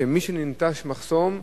שמשננטש מחסום,